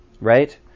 right